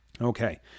Okay